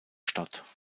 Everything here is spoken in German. statt